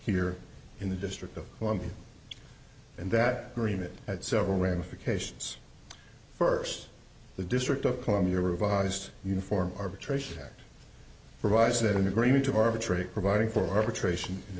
here in the district of columbia and that green it had several ramifications first the district of columbia revised uniform arbitration act provides that an agreement to arbitrate providing for arbitration